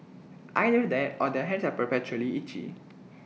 either that or their hands are perpetually itchy